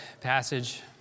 passage